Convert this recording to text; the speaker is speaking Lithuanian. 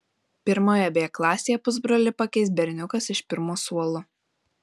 pirmoje b klasėje pusbrolį pakeis berniukas iš pirmo suolo